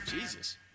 Jesus